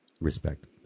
Respect